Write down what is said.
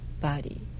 body